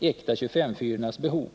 ”äkta” 25:4-ornas behov.